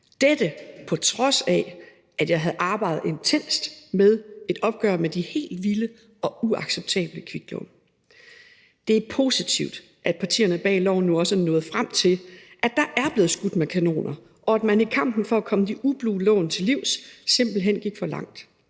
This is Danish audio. dette, på trods af at jeg havde arbejdet intenst med et opgør med de helt vilde og uacceptable kviklån. Det er positivt, at partierne bag loven nu også er nået frem til, at der er blevet skudt med kanoner, og at man i kampen for at komme de ublu lån til livs simpelt hen gik for langt.